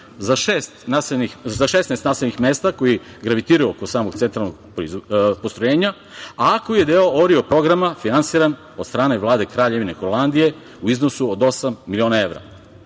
za 16 naseljenih mesta, koji gravitiraju oko samog centralnog postrojenja, a koji je deo ORIO programa finansiran od strane Vlade Kraljevine Holandije u iznosu od osam miliona